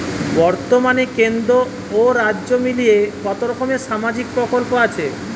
বতর্মানে কেন্দ্র ও রাজ্য মিলিয়ে কতরকম সামাজিক প্রকল্প আছে?